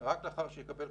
רק לאחר שיקבל,